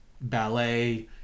ballet